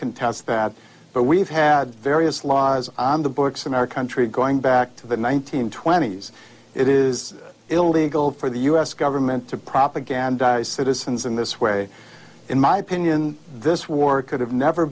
contest that but we've had various laws on the books in our country going back to the nineteen twenties it is illegal for the u s government to propagandize citizens in this way in my opinion this war could have never